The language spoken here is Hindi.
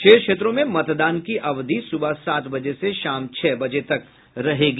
शेष क्षेत्रों में मतदान की अवधि सुबह सात बजे से शाम छह बजे तक रहेगी